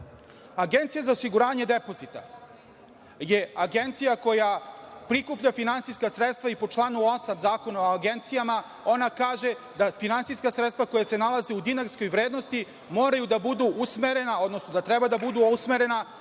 stopama. Agencija za osiguranje depozita je agencija koja prikuplja finansijska sredstva i, po članu 8. Zakona o agencijama, ona kaže da finansijska sredstva koja se nalaze u dinarskoj vrednosti moraju da budu usmerena, odnosno da treba da budu usmerene